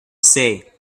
say